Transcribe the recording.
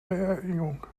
beerdigung